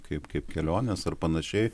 kaip kaip kelionės ar panašiai